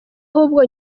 ahubwo